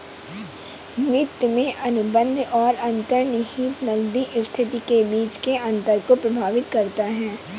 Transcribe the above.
वित्त में अनुबंध और अंतर्निहित नकदी स्थिति के बीच के अंतर को प्रभावित करता है